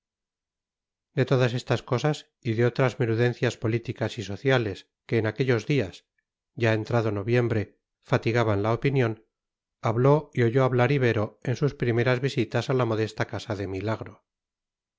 de todas estas cosas y de otras menudencias políticas y sociales que en aquellos días ya entrado noviembre fatigaban la opinión habló y oyó hablar ibero en sus primeras visitas a la modesta casa de milagro